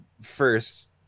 first